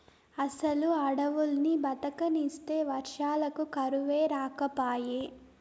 అసలు అడవుల్ని బతకనిస్తే వర్షాలకు కరువే రాకపాయే